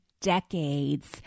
decades